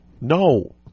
No